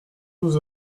nous